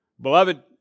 Beloved